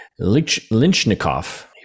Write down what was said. Lynchnikov